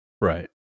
Right